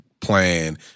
plan